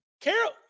Carol